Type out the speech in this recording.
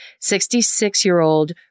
66-year-old